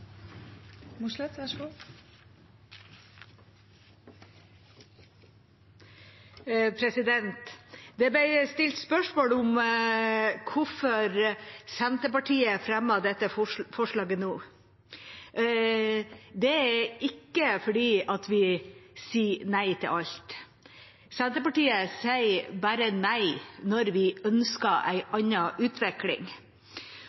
Det ble stilt spørsmål om hvorfor Senterpartiet fremmet dette forslaget nå. Det er ikke fordi vi sier nei til alt. Senterpartiet sier nei bare når vi ønsker